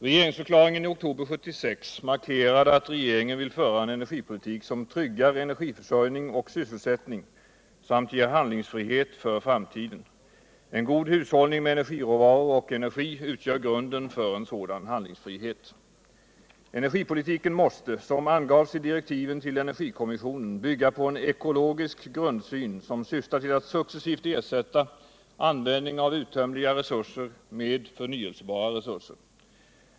Regeringsförklaringen i oktober 1976 markerade att regeringen vill föra en energipolitik som tryggar energiförsörjning och sysselsättning samt ger handlingsfrihet för framtiden. En god hushållning med energiråvaror och energi utgör grunden för en sådan handlingsfrihet. Energipolitiken måste, som angavs i direktiven till energikommissionen, bygga på cn ekologisk grundsyn som svftar till att successivt ersätta användningen av uttömliga resurser med förnyelsebara resurser.